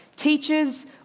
teachers